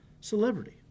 celebrity